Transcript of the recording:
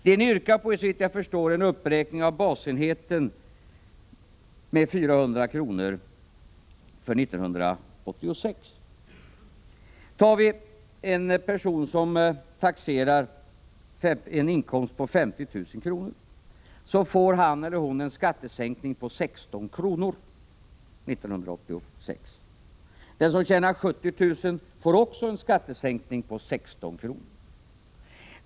Det ni yrkar på är, såvitt jag förstår, en uppräkning av basenheten med 400 kr. för 1986. Tar vi en person som taxeras för en inkomst på 50 000 kr. får han eller hon en skattesänkning på 16 kr. 1986. Den som tjänar 70 000 kr. får också en skattesänkning på 16 kr.